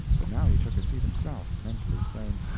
but now he took a seat himself, mentally saying,